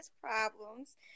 Problems